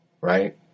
right